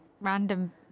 random